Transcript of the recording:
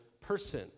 person